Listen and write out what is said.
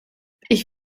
ich